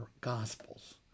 Gospels